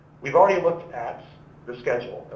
we've already looked at the schedule,